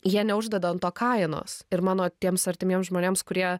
jie neuždeda ant to kainos ir mano tiems artimiems žmonėms kurie